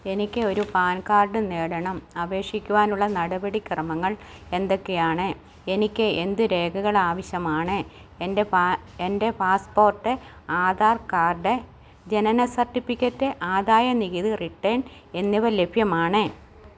എനിക്ക് ഒരു PAN card നേടണം അപേക്ഷിക്കുവാനുള്ള നടപടിക്രമങ്ങൾ എന്തൊക്കെയാണ് എനിക്ക് എന്ത് രേഖകൾ ആവശ്യമാണ് എൻ്റെ പാ എൻ്റെ പാസ്പോർട്ട് ആധാർ കാർഡ് ജനന സർട്ടിപിക്കറ്റ് ആദായനികുതി റിട്ടേൺ എന്നിവ ലഭ്യമാണ്